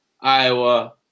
Iowa